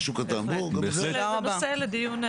זה נושא לדיון.